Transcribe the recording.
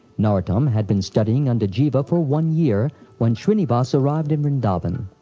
narottam had been studying under jiva for one year when shrinivas arrived in vrindavan.